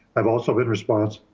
i've also been responsible